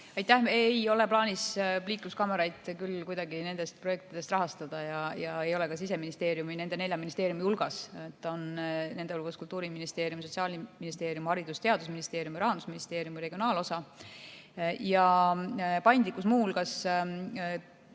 Aitäh! Ei ole plaanis liikluskaameraid küll kuidagi nendest projektidest rahastada ja ei ole ka Siseministeeriumi nende nelja ministeeriumi hulgas. Nende hulgas on Kultuuriministeerium, Sotsiaalministeerium, Haridus‑ ja Teadusministeerium ja Rahandusministeeriumi regionaalosa. Paindlikkus muu hulgas